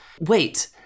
Wait